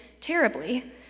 terribly